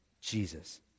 Jesus